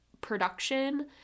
production